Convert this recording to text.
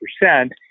percent